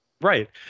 Right